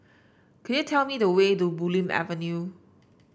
could you tell me the way to Bulim Avenue